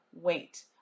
wait